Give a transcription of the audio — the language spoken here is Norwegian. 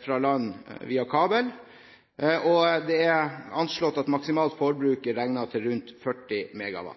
fra land via kabel, og maksimalt forbruk er beregnet til rundt 40 MW.